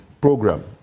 program